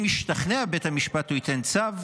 אם ישתכנע בית המשפט, הוא ייתן צו,